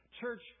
Church